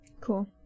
Cool